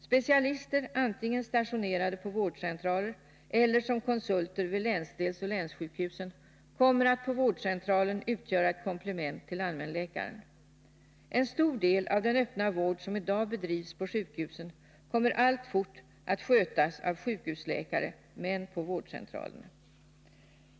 Specialister, antingen stationerade på vårdcentralen eller som konsulter från länsdelseller länssjukhusen, kommer att på vårdcentralen utgöra ett komplement till allmänläkaren. En stor del av den öppna vård som i dag bedrivs på sjukhusen kommer alltfort fortfarande att skötas av sjukhusläkare men på vårdcentralerna.